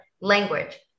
language